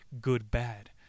good-bad